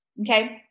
okay